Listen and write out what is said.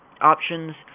Options